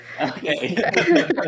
Okay